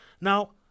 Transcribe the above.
Now